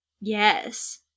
Yes